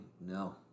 no